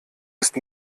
ist